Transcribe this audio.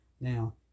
Now